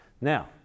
Now